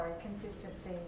consistency